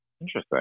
Interesting